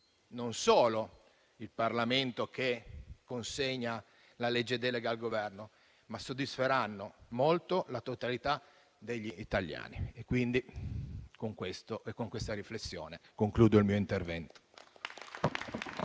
non solo il Parlamento, che consegna la legge delega al Governo, ma anche la totalità degli italiani. Con questa riflessione concludo il mio intervento.